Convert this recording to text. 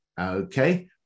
Okay